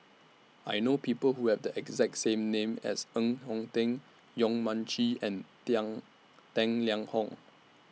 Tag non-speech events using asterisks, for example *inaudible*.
I know People Who Have The exact same name as Ng Eng Teng Yong Mun Chee and *unintelligible* Tang Liang Hong